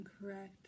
incorrect